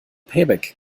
payback